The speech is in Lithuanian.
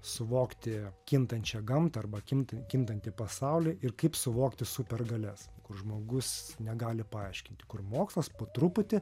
suvokti kintančią gamtą arba kintan kintantį pasaulį ir kaip suvokti supergalias kur žmogus negali paaiškinti kur mokslas po truputį